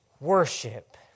worship